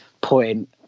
point